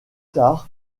tard